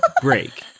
break